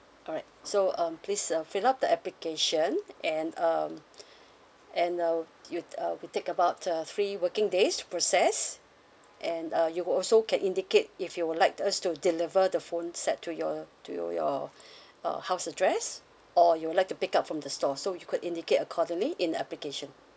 alright so um please uh fill up the application and um and uh you uh will take about uh three working days to process and uh you would also can indicate if you would like us to deliver the phone set to your to you your uh house address or you would like to pick up from the store so you could indicate accordingly in the application